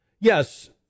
yes